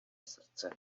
srdce